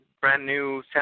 brand-new